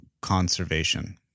conservation